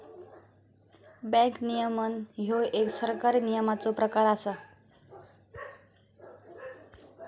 bank नियमन ह्यो एक सरकारी नियमनाचो प्रकार असा